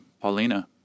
Paulina